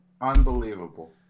unbelievable